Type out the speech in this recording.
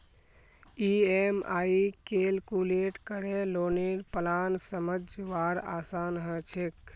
EMI calculate करे लौनेर plan समझवार आसान ह छेक